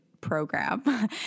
program